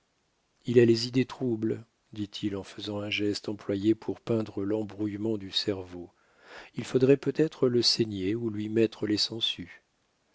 il a les idées troubles dit-il en faisant un geste employé pour peindre l'embrouillement du cerveau il faudrait peut-être le saigner ou lui mettre les sangsues